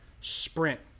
sprint